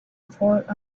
port